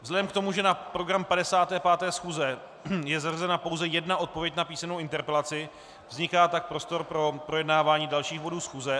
Vzhledem k tomu, že na program 55. schůze je zařazena pouze jedna odpověď na písemnou interpelaci, vzniká tak prostor pro projednávání dalších bodů schůze.